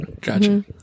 gotcha